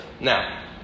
Now